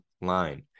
line